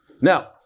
Now